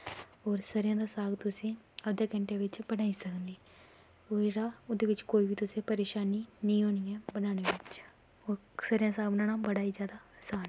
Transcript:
होर सरेआं दा साग तुसें अद्धे घैंटै बिच्च बनाई सकने ओह् जेह्ड़ा ओह्दे बिच्च कोई बी तुसें परेशानी निं होनी ऐ बनाने बिच्च सरेआं दा साग बनाना बड़ा इ जादा असान ऐ